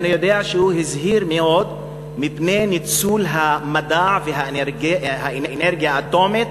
אני יודע שהוא הזהיר מאוד מפני ניצול המדע והאנרגיה האטומית